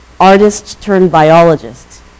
artist-turned-biologist